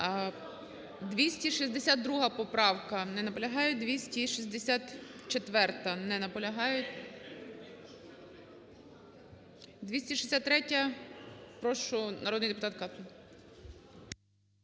262 поправка. Не наполягають. 264-а. Не наполягають. 263-я. Прошу, народний депутат Каплін.